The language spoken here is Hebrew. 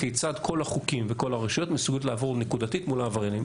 כיצד כל החוקים וכל הרשויות מסוגלים לעבוד נקודתית מול העבריינים.